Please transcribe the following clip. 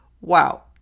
Wow